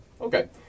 okay